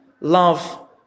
love